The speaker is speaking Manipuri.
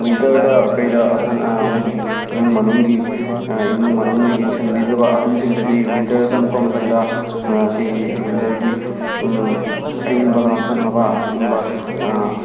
ꯋꯤꯟꯇꯔꯗ ꯀꯔꯤꯗ ꯑꯍꯜ ꯃꯣꯏꯒꯤ ꯏꯃꯨꯡ ꯃꯅꯨꯡꯒꯤ ꯏꯃꯨꯡ ꯃꯅꯨꯡꯅ ꯌꯦꯡꯁꯤꯟꯕꯤꯗ꯭ꯔꯕ ꯑꯍꯜꯁꯤꯡꯗꯗꯤ ꯋꯤꯟꯇꯔ ꯆꯪꯂꯛꯄ ꯃꯇꯝꯗ ꯃꯁꯤꯒꯤ ꯋꯤꯟꯇꯔꯒꯤ ꯑꯏꯪꯕ ꯉꯥꯛꯊꯣꯛꯅꯕ ꯁꯤꯒꯨꯝꯕ